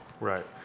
Right